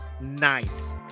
nice